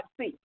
see